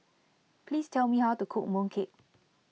please tell me how to cook Mooncake